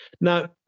Now